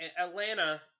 Atlanta